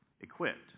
equipped